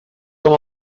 com